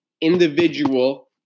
individual